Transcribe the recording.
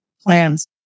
plans